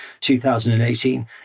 2018